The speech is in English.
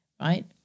right